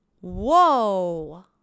Whoa